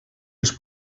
els